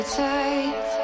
tight